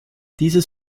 dieses